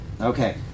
Okay